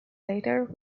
later